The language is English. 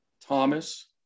Thomas